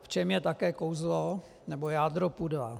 V čem je také kouzlo nebo jádro pudla.